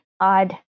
odd